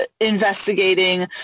investigating